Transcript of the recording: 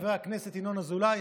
חבר הכנסת ינון אזולאי,